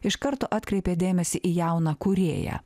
iš karto atkreipė dėmesį į jauną kūrėją